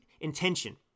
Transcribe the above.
intention